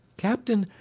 captain,